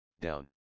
down